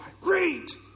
great